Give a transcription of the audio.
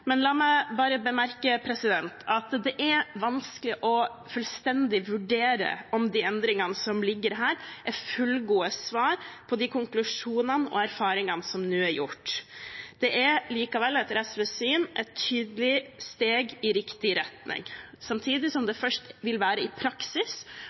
Men la meg bare bemerke at det er vanskelig å vurdere fullstendig om de endringene som ligger her, er fullgode svar på de konklusjonene og erfaringene som nå er gjort. Det er likevel, etter SVs syn, et tydelig steg i riktig retning. Samtidig